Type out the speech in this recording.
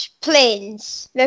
planes